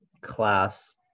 class